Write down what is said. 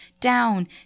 down